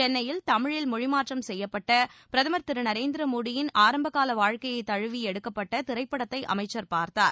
சென்னையில் தமிழில் மொழிமாற்றம் செய்யப்பட்ட பிரதமர் திரு நரேந்திர மோடியின் ஆரம்பகால வாழ்க்கையை தழுவி எடுக்கப்பட்ட திரைப்படத்தை அமைச்சர் பார்த்தார்